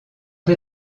des